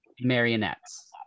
marionettes